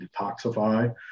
detoxify